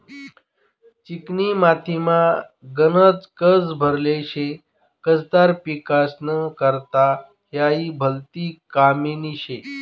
चिकनी मातीमा गनज कस भरेल शे, कसदार पिकेस्ना करता हायी भलती कामनी शे